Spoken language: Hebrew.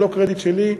זה לא קרדיט שלי,